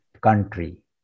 country